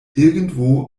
irgendwo